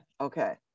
Okay